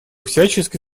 всячески